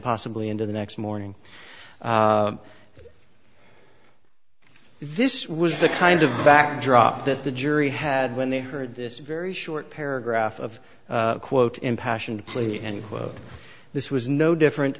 possibly into the next morning this was the kind of backdrop that the jury had when they heard this very short paragraph of a quote impassioned plea and this was no different